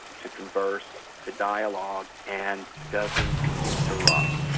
to converse, to dialogue, and doesn't interrupted.